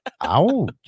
Ouch